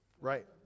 Right